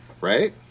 right